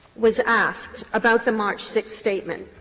was asked about the march six statement,